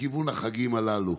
לכיוון החגים הללו.